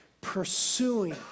pursuing